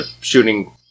shooting